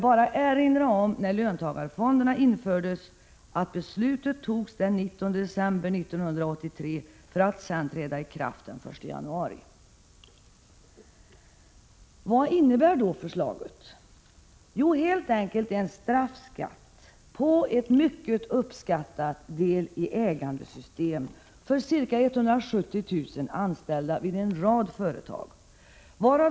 Beträffande löntagarfonderna vill jag bara erinra om att beslutet fattades den 19 december 1983 och trädde i kraft den 1 januari 1984. Vad innebär då det förslag som vi nu behandlar? Jo, det innebär helt enkelt en straffskatt på ett mycket uppskattat del-i-ägande-system för ca 170 000 anställda vid en rad företag.